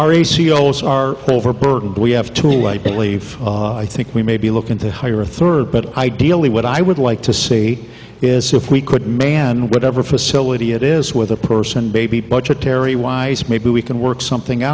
olds are overburdened but we have to lightly i think we may be looking to hire a third but ideally what i would like to see is if we could man whatever facility it is with a person baby budgetary wise maybe we can work something